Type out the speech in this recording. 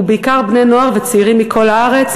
ובעיקר בני-נוער וצעירים מכל הארץ,